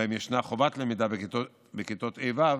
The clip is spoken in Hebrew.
שבהם יש חובת למידה בכיתות ה'-ו',